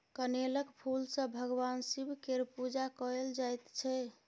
कनेलक फुल सँ भगबान शिब केर पुजा कएल जाइत छै